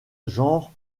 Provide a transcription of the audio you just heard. genre